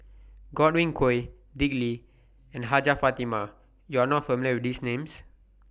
Godwin Koay Dick Lee and Hajjah Fatimah YOU Are not familiar with These Names